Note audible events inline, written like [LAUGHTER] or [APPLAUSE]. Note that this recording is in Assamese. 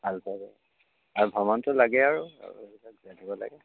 ভাল পাব আৰু ভ্ৰমণটো লাগে আৰু [UNINTELLIGIBLE] এইবিলাক জানিব লাগে